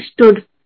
stood